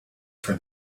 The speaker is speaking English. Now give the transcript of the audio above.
for